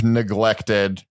neglected